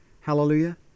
Hallelujah